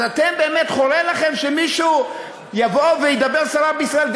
אתם באמת חורה לכם שמישהו יבוא וידבר סרה בישראל.